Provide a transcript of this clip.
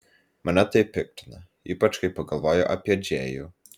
mane tai piktina ypač kai pagalvoju apie džėjų